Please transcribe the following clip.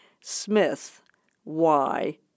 Smith-Y-